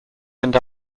end